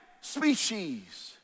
species